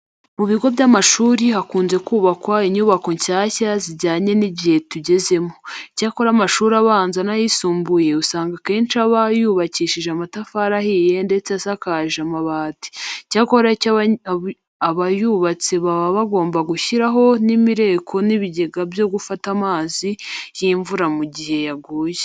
Mu bigo by'amashuri hakunze kubakwa inyubako nshyashya zijyanye n'igihe tugezemo. Icyakora amashuri abanza n'ayisumbuye usanga akenshi aba yubakishije amatafari ahiye ndetse asakarishije amabati. Icyakora icyo abayubatse baba bagomba gushyiraho ni imireko n'ibigega byo gufata amazi y'imvura mu gihe yaguye.